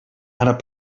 have